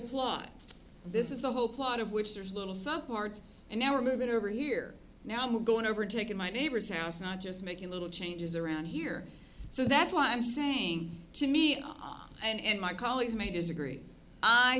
plot this is the whole plot of which there's little some parts and now we're moving over here now we're going over taking my neighbor's house not just making little changes around here so that's why i'm saying to me and my colleagues may disagree i